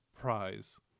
prize